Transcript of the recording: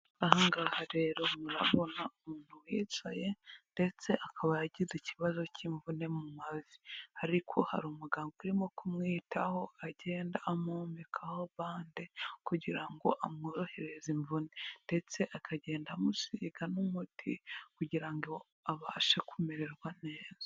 Aha ngaha rero murabona umuntu wicaye ndetse akaba yagize ikibazo cy'imvune mu mavi, ariko hari umuganga urimo kumwitaho agenda amwomekaho bande kugira ngo amworohereze imvune ndetse akagenda amusiga n'umuti kugira ngo abashe kumererwa neza.